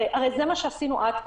הרי זה מה עשינו עד כה.